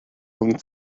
von